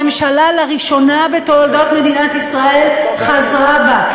שממשלה, לראשונה בתולדות מדינת ישראל, חזרה בה.